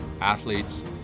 athletes